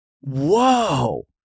whoa